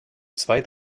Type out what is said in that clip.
zwei